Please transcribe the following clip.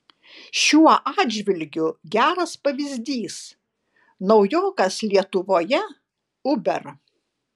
šiuo atžvilgiu geras pavyzdys naujokas lietuvoje uber